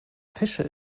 fische